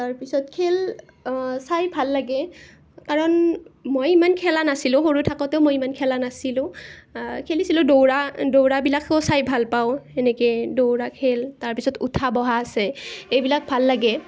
তাৰপিছত খেল চাই ভাল লাগে কাৰণ মই ইমান খেলা নাছিলোঁ সৰু থাকোঁতেও মই ইমান খেলা নাছিলোঁ খেলিছিলোঁ দৌৰা দৌৰাবিলাকো চাই ভাল পাওঁ এনেকৈ দৌৰা খেল তাৰপাছত উঠা বহা আছে এইবিলাক ভাল লাগে